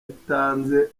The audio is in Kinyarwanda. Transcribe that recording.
atanze